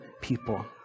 people